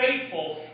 faithful